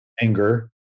anger